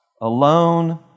alone